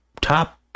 top